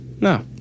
no